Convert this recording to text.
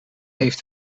heeft